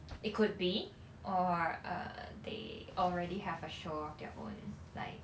it could be or uh they already have a show of their own like